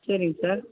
சரிங் சார்